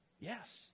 Yes